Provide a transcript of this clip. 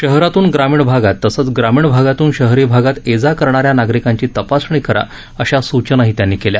शहरातुन ग्रामीण भागात तसंच ग्रामीण भागातून शहरी भागात ये जा करणाऱ्या नागरिकांची तपासणी करा अशा सूचना त्यांनी केल्या